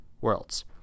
worlds